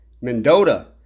Mendota